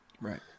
Right